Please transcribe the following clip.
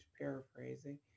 paraphrasing